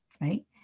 right